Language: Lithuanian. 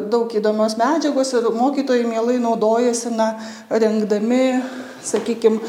daug įdomios medžiagos ir mokytojai mielai naudojasi na rengdami sakykim